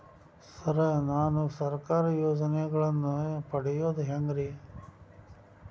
Sir ನಾನು ಸರ್ಕಾರ ಯೋಜೆನೆಗಳನ್ನು ಪಡೆಯುವುದು ಹೆಂಗ್ರಿ?